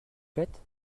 faites